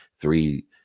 three